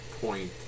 point